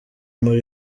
muri